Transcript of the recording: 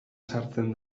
sartzen